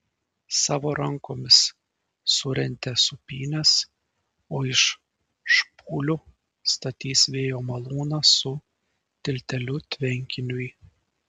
savo rankomis surentė sūpynes o iš špūlių statys vėjo malūną su tilteliu tvenkiniui